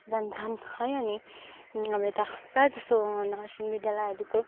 जान्छन् है अनि अब यता प्रायः जस्तो नर्सिङ विद्यालयहरू चाहिँ